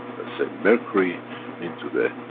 say, mercury into the